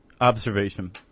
observation